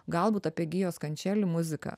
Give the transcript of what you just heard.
galbūt apie gijos kančeli muziką